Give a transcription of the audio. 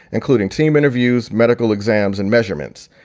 including team interviews, medical exams and measurements.